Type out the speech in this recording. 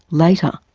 later.